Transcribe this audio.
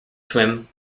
swim